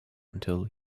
until